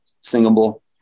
singable